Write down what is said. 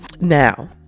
Now